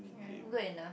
ya good enough